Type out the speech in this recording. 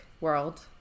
World